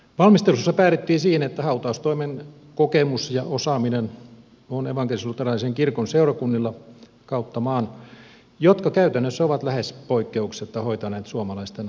valmistelussa päädyttiin siihen että hautaustoimen kokemus ja osaaminen ovat evankelisluterilaisen kirkon seurakunnilla kautta maan jotka käytännössä ovat lähes poikkeuksetta hoitaneet suomalaisten hautaamisen